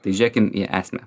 tai žiūrėkim į esmę